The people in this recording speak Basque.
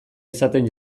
izaten